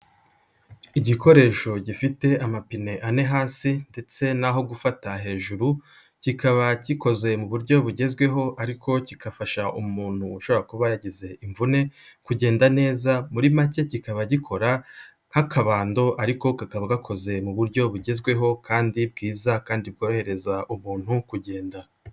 Igikoresho gifite amapine ane hasi ndetse n'aho gufata hejuru, kikaba gikoze mu buryo bugezweho ariko kigafasha umuntu ushobora kuba yagize imvune kugenda neza, muri make kikaba gikora nk'akabando ariko kakaba gakoze mu buryo bugezweho kandi bwiza kandi bworohereza umuntu kugenda.